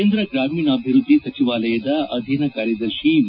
ಕೇಂದ್ರ ಗ್ರಾಮೀಣಾಭಿವೃದ್ದಿ ಸಚಿವಾಲಯದ ಅಧೀನ ಕಾರ್ಯದರ್ಶಿ ವಿ